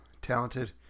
talented